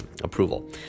approval